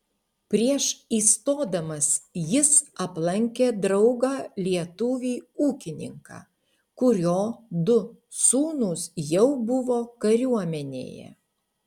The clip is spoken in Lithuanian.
prieš įstodamas jis aplankė draugą lietuvį ūkininką kurio du sūnūs jau buvo kariuomenėje